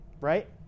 right